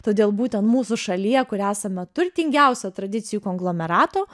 todėl būtent mūsų šalyje kur esame turtingiausiu tradicijų konglomeratu